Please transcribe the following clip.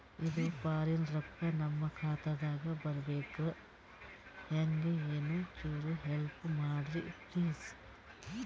ಇದು ಫಾರಿನ ರೊಕ್ಕ ನಮ್ಮ ಖಾತಾ ದಾಗ ಬರಬೆಕ್ರ, ಹೆಂಗ ಏನು ಚುರು ಹೆಲ್ಪ ಮಾಡ್ರಿ ಪ್ಲಿಸ?